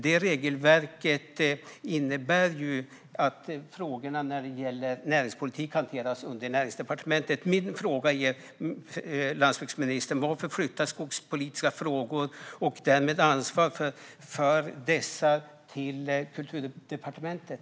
Det regelverket innebär att frågorna gällande näringspolitik hanteras under Näringsdepartementet. Min fråga till landsbygdsministern är: Varför flyttas skogspolitiska frågor, och därmed ansvaret för dessa, till Kulturdepartementet?